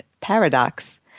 paradox